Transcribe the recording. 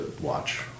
watch